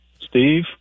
Steve